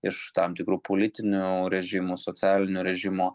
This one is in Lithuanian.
iš tam tikrų politinių režimų socialinio režimo